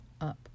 up